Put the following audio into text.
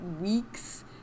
weeks